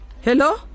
Hello